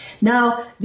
Now